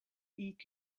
eat